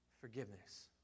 forgiveness